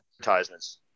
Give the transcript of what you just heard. advertisements